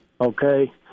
Okay